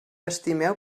estimeu